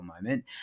moment